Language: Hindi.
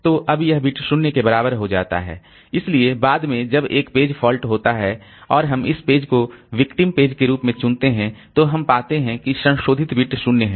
तो अब यह बिट 0 के बराबर होजाता है इसलिए बाद में जब एक पेज फॉल्ट होता है और हम इस पेज को विक्टिमके रूप में चुनते हैं तो हम पाते हैं कि संशोधित बिट 0 है